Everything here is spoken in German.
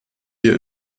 wir